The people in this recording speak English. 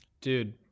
Dude